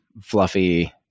fluffy